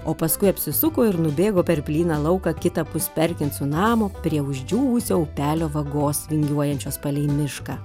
o paskui apsisuko ir nubėgo per plyną lauką kitapus perkinsų namo prie išdžiūvusio upelio vagos vingiuojančios palei mišką